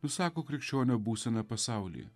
nusako krikščionio būseną pasaulyje